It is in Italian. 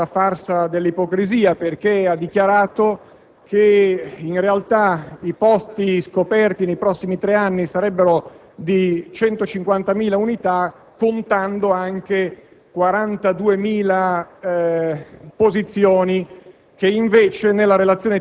ha continuato con questa farsa dell'ipocrisia, dichiarando che in realtà i posti scoperti nei prossimi tre anni sarebbero di 150.000 unità, contando anche 42.000 posizioni